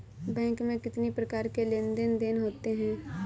Bank में कितनी प्रकार के लेन देन देन होते हैं?